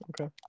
Okay